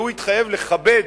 והוא התחייב לכבד,